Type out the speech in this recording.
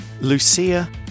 Lucia